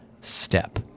step